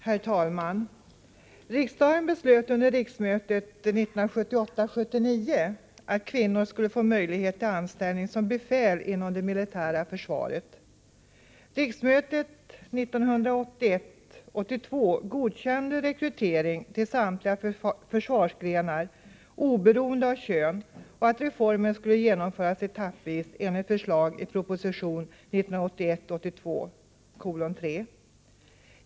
Herr talman! Riksdagen beslöt under riksmötet 1978 82 godkände rekrytering till samtliga försvarsgrenar oberoende av kön, och reformen skulle genomföras etappvis enligt förslag i proposition 1981/82:3.